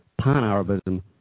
pan-Arabism